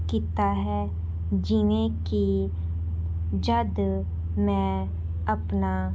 ਕੀਤਾ ਹੈ ਜਿਵੇਂ ਕਿ ਜਦ ਮੈਂ ਆਪਣਾ